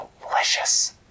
delicious